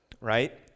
right